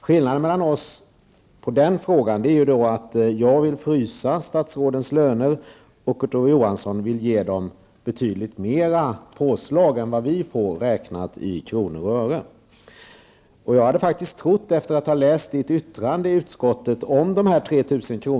Skillnaden mellan oss vad gäller den frågan är att jag vill frysa statsrådens löner och Kurt Ove Johansson vill ge dem ett påslag som är betydligt större än det vi får, räknat i kronor och öre. Efter att ha läst Kurt Ove Johanssons yttrande i betänkandet om de 3 000 kr.